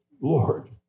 Lord